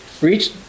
reach